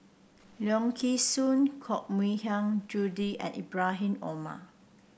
Leong Kee Soo Koh Mui Hiang Julie and Ibrahim Omar